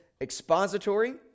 expository